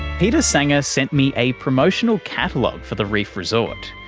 peter saenger sent me a promotional catalogue for the reef resort.